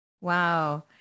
Wow